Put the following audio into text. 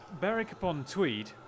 Berwick-upon-Tweed